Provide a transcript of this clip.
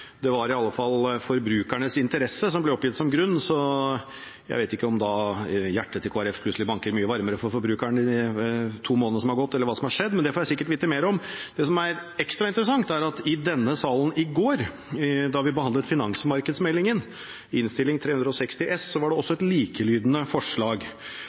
det var i alle fall forbrukernes interesser som var oppgitt som grunn. Jeg vet ikke om hjertet til Kristelig Folkeparti plutselig banker varmere for forbrukerne de to månedene som har gått, eller hva som har skjedd, men det får jeg sikkert vite mer om. Det som er ekstra interessant, er at da vi behandlet finansmarkedsmeldingen, Innst. 360 S, i denne salen i går, var det et likelydende forslag